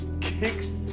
kicks